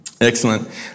Excellent